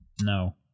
No